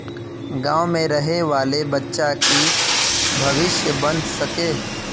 गाँव में रहे वाले बच्चा की भविष्य बन सके?